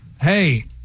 hey